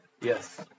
Yes